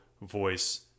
voice